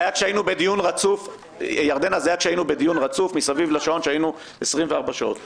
זה היה כשהיינו בדיון רצוף סביב השעון כשהיינו 24 שעות כאן.